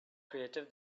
creative